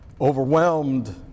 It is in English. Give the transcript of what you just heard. overwhelmed